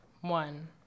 One